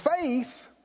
faith